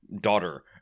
daughter